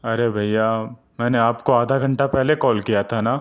ارے بھیّا میں نے آپ کو آدھا گھنٹہ پہلے کال کیا تھا نہ